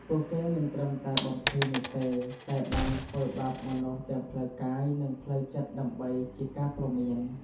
ពួកគេមិនត្រឹមតែបំភ័យនោះទេ តែបានធ្វើបាបមនុស្សទាំងផ្លូវកាយ និងផ្លូវចិត្តដើម្បីជាការព្រមាន។